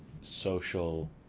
social